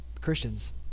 Christians